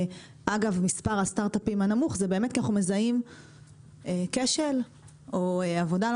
מספר הסטארט-אפים הנמוך זה באמת כי אנחנו מזהים כשל או עבודה לא